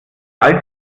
alte